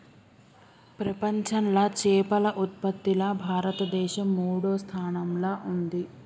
ప్రపంచంలా చేపల ఉత్పత్తిలా భారతదేశం మూడో స్థానంలా ఉంది